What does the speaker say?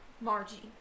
Margie